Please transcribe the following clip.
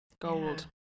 Gold